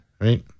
right